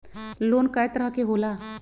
Loan कय तरह के होला?